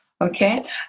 Okay